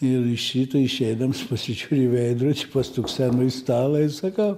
ir iš ryto išeidams pasižiūriu į veidrodį pastuksenu į stalą ir sakau